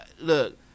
look